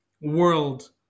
world